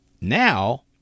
Now